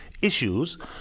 issues